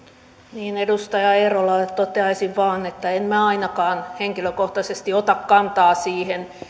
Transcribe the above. niin edustaja eerolalle toteaisin vain että en minä ainakaan henkilökohtaisesti ota kantaa siihen